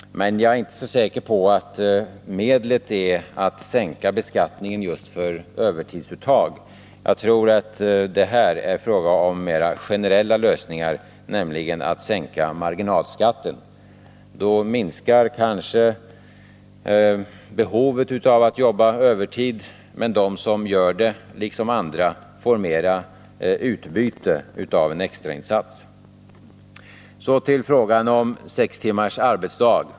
Men jag är inte så säker på att medlet är att sänka beskattningen just för övertidsuttag. Jag tror att det här måste bli fråga om 129 mera generella satsningar, nämligen en sänkning av marginalskatten. Då minskar kanske behovet av att jobba på övertid, men de som gör det får, liksom andra, större utbyte av en extra insats. Så till frågan om sex timmars arbetsdag.